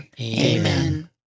Amen